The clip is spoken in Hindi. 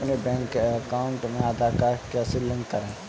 अपने बैंक अकाउंट में आधार कार्ड कैसे लिंक करें?